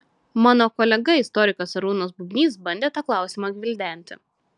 mano kolega istorikas arūnas bubnys bandė tą klausimą gvildenti